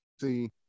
see